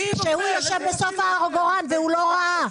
כשהוא ישב בסוף העגורן והוא לא ראה.